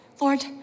Lord